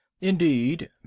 Indeed